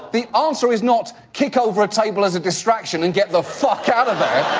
the answer is not, kick over a table as a distraction and get the fuck out of